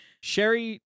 sherry